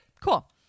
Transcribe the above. cool